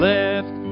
Left